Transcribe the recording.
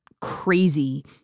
crazy